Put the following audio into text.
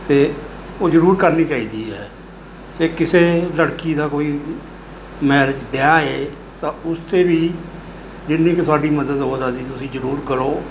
ਅਤੇ ਉਹ ਜ਼ਰੂਰ ਕਰਨੀ ਚਾਹੀਦੀ ਹੈ ਅਤੇ ਕਿਸੇ ਲੜਕੀ ਦਾ ਕੋਈ ਮੈਰਿਜ ਵਿਆਹ ਏ ਤਾਂ ਉੱਥੇ ਵੀ ਜਿੰਨੀ ਕੁ ਸਾਡੀ ਮਦਦ ਹੋ ਸਕਦੀ ਤੁਸੀਂ ਜ਼ਰੂਰ ਕਰੋ